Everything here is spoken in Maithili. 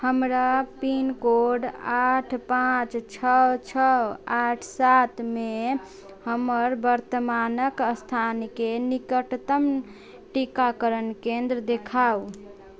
हमरा पिन कोड आठ पाँच छओ छओ आठ सात मे हमर वर्तमानक स्थानके निकटतम टीकाकरण केन्द्र देखाउ